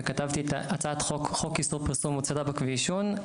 וכתבתי את הצעת החוק חוק איסור פרסום מוצרי טבק ועישון.